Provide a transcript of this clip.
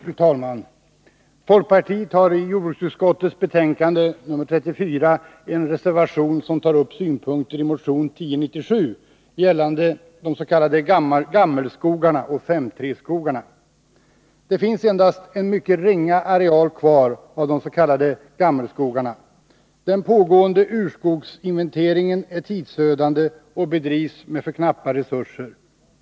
Fru talman! Folkpartiet har i jordbruksutskottets betänkande nr 34 en reservation som tar upp synpunkter i motion 1097 gällande de s.k. gammelskogarna och 5:3-skogarna. Det finns endast en mycket ringa areal kvar av de s.k. gammelskogarna. Den pågående urskogsinventeringen är tidsödande och bedrivs med för knappa resurser.